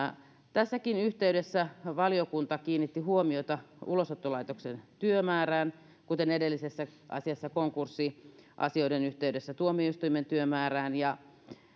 tässäkin yhteydessä valiokunta kiinnitti huomiota ulosottolaitoksen työmäärään kuten edellisessä asiassa konkurssiasioiden yhteydessä tuomioistuimien työmäärään ja